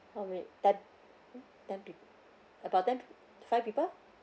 alright ten ten people about ten p~ five people